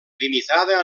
limitada